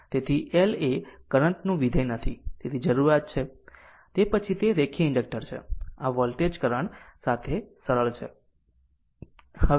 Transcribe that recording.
તેથી L એ current નું વિધેય નથી તેથી તે જરૂરિયાત છે પછી તે રેખીય ઇન્ડક્ટર છે તેથી આ વોલ્ટેજ કરંટ સંબંધ સરળ છે